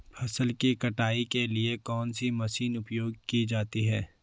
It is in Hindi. फसल की कटाई के लिए कौन सी मशीन उपयोग की जाती है?